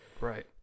Right